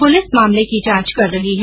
police मामले की जांच कर रही है